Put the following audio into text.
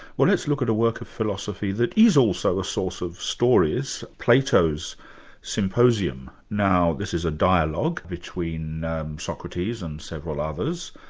well let's look at a work of philosophy that is also a source of stories, plato's symposium. now this is a dialogue between um socrates and several others,